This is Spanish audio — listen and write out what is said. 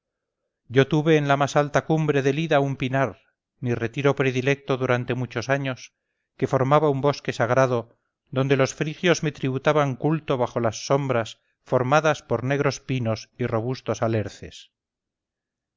yo tuve en la más alta cumbre del ida un pinar mi retiro predilecto durante muchos años que formaba un bosque sagrado donde los frigios me tributaban culto bajo las sombras formadas por negros pinos y robustos alerces